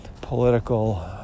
political